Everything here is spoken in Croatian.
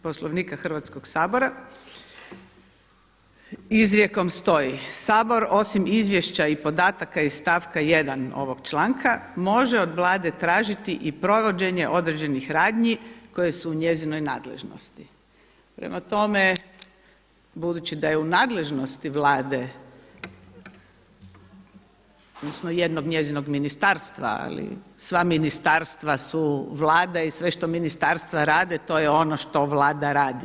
Poslovnika Hrvatskog sabora izrijekom stoji: „Sabor osim izvješća i podataka iz stavka 1. ovog članka može od Vlade tražiti i provođenje određenih radnji koje su u njezinoj nadležnosti.“ Prema tome, budući da je u nadležnosti Vlade odnosno jednog njezinog ministarstva ali sva ministarstva su Vlada i sve što ministarstva rade to je ono što Vlada radi.